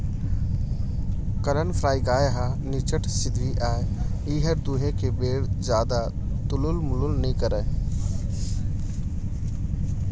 करन फ्राइ गाय ह निच्चट सिधवी अय एहर दुहे के बेर जादा तुलुल मुलुल नइ करय